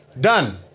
Done